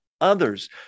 others